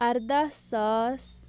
اَردہ ساس